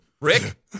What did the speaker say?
Rick